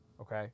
Okay